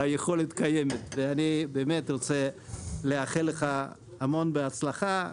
אני רוצה לאחל לך המון בהצלחה.